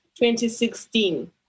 2016